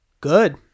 Good